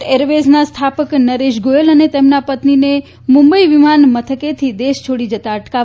jet એરવેઝના સ્થાપક નરેશ ગોથલ અને તેમના પત્નીને મુંબઈ વિમાની મથકે દેશ છોડી જતા અટકાવાયા